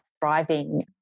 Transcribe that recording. thriving